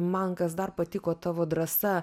man kas dar patiko tavo drąsa